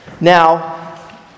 Now